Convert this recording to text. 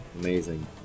Amazing